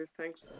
Thanks